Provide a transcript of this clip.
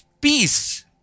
peace